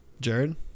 Jared